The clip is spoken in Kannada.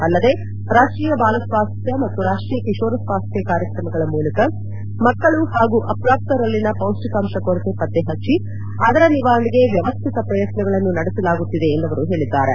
ಅಲ್ಲದೆ ರಾಷ್ಟೀಯ ಬಾಲ ಸ್ವಾಸ್ತ್ಯ ಮತ್ತು ರಾಷ್ವೀಯ ಕಿಶೋರ ಸ್ವಾಸ್ಥ್ಯ ಕಾರ್ಯಕ್ರಮಗಳ ಮೂಲಕ ಮಕ್ಕಳು ಹಾಗು ಅಪ್ರಾಪ್ತರಲ್ಲಿನ ಪೌಷ್ಟಿಕಾಂಶ ಕೊರತೆ ಪತ್ತೆಹಚ್ಚಿ ಅದರ ನಿವಾರಣೆಗೆ ವ್ಯವಸ್ಠಿತ ಪ್ರಯತ್ನಗಳನ್ನು ನಡೆಸಲಾಗುತ್ತಿದೆ ಎಂದು ಅವರು ಹೇಳಿದ್ದಾರೆ